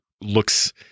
looks